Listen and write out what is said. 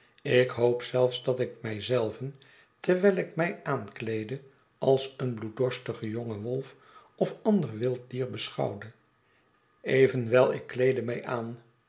ik hoop zelfs dat ik mij zelven terwijl ik mij aankleedde als een bloeddorstigen jongen wolf of ander wild dier beschouwde evenwel ik kleedde mij aan